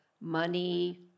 money